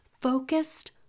focused